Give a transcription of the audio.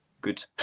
good